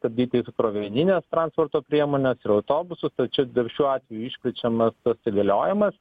stabdyti jūsų krovinines transporto priemones ir autobusus jau čia šiuo atveju išplečiamas tas įgaliojimas